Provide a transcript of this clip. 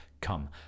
come